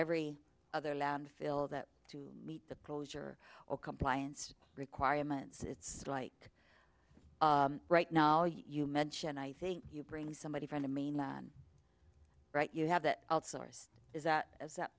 every other landfill that to meet the closure or compliance requirements it's like right now you mentioned i think you bring somebody from the mainland right you have that outsourced is that